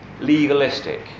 legalistic